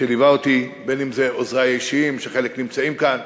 שליווה אותי, עוזרי האישיים, שחלק נמצאים כאן,